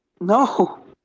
No